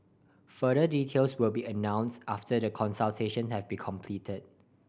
further details will be announced after the consultation have been completed